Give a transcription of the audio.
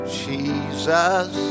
jesus